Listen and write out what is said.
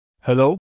Hello